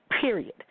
period